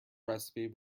recipe